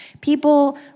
people